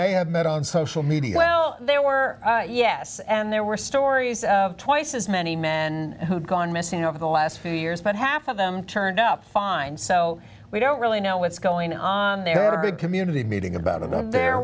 may have met on social media well two there were yes and there were stories of twice as many men who had gone missing over the last few years but half of them turned up fine so we don't really know what's going on there are big community meeting about and they're